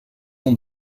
ont